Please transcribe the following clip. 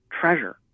treasure